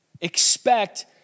expect